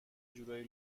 جورایی